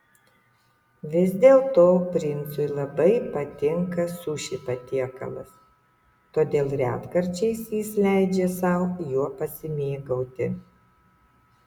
vis dėlto princui labai patinka suši patiekalas todėl retkarčiais jis leidžia sau juo pasimėgauti